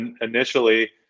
initially